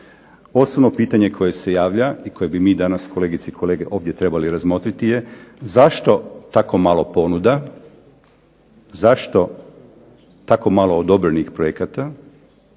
Osnovno pitanje koje se javlja i koje bi mi danas kolegice i kolege ovdje trebali razmotriti je zašto tako malo ponuda, zašto tako malo odobrenih projekata.